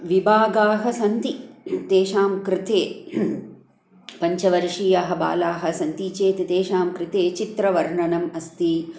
विभागाः सन्ति तेषां कृते पञ्चवर्षीयाः बालाः सन्ति चेत् तेषां कृते चित्रवर्णनम् अस्ति